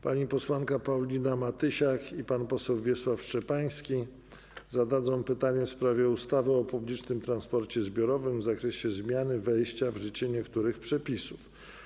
Pani posłanka Paulina Matysiak i pan poseł Wiesław Szczepański zadadzą pytanie w sprawie ustawy o publicznym transporcie zbiorowym w zakresie zmiany wejścia w życie niektórych przepisów.